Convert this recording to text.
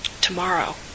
tomorrow